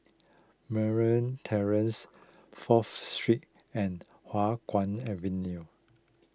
Murray Terrace Fourth Street and Hua Guan Avenue